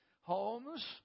homes